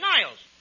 Niles